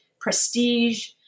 prestige